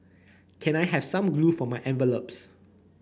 can I have some glue for my envelopes